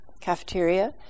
cafeteria